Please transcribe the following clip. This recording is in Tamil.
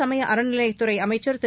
சமய அளநிலையத்துறை அமைச்சர் திரு